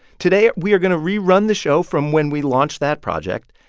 today, we are going to rerun the show from when we launched that project.